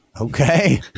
Okay